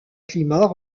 climat